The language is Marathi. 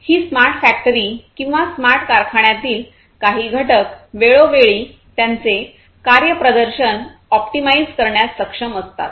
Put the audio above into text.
ही स्मार्ट फॅक्टरी किंवा स्मार्ट कारखान्यातील काही घटक वेळोवेळी त्याचे कार्यप्रदर्शन ऑप्टिमाइझ करण्यास सक्षम असतात